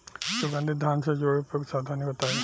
सुगंधित धान से जुड़ी उपयुक्त सावधानी बताई?